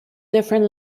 different